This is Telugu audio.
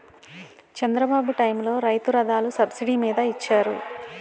చంద్రబాబు టైములో రైతు రథాలు సబ్సిడీ మీద ఇచ్చారు